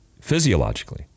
physiologically